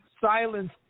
silence